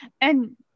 and-